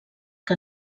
que